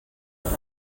les